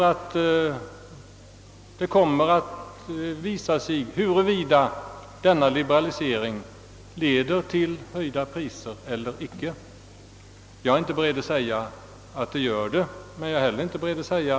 Det kommer att visa sig huruvida denna liberalisering leder till höjda priser eller icke. Jag är inte beredd att säga att så bli fallet, men inte heller motsatsen.